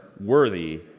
worthy